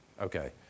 Okay